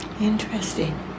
Interesting